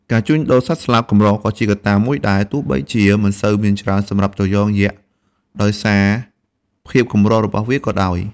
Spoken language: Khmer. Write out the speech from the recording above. ការជួញដូរសត្វស្លាបកម្រក៏ជាកត្តាមួយដែរ ទោះបីជាមិនសូវមានច្រើនសម្រាប់ត្រយងយក្សដោយសារភាពកម្ររបស់វាក៏ដោយ។